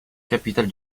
capitale